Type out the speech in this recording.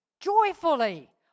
Joyfully